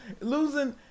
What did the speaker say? losing